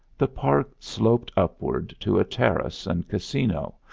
the park sloped upward to a terrace and casino,